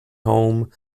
home